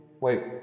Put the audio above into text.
wait